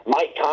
Mike